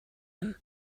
him